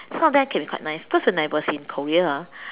some of them can be quite nice because when I was in Korea ah